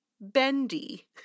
bendy